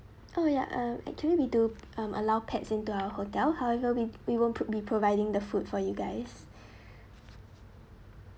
oh ya um actually we do um allow pets into our hotel however we we won't put be providing the food for you guys